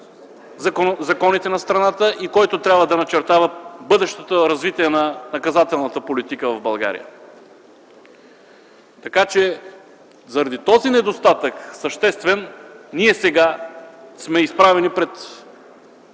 законите на страната и който трябва да начертава бъдещото развитие на наказателната политика в България. Заради този съществен недостатък ние сега сме изправени пред